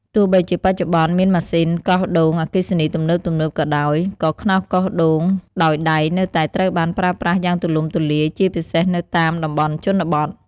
ទោះបីជាបច្ចុប្បន្នមានម៉ាស៊ីនកោសដូងអគ្គិសនីទំនើបៗក៏ដោយ ក៏ខ្នោសកោសដូងដោយដៃនៅតែត្រូវបានប្រើប្រាស់យ៉ាងទូលំទូលាយ ជាពិសេសនៅតាមតំបន់ជនបទ។